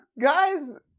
guys